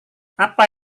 apa